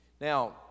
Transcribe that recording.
now